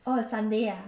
oh sunday ah